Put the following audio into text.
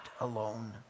alone